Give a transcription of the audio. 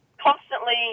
Constantly